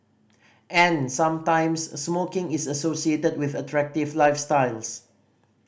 and sometimes smoking is associated with attractive lifestyles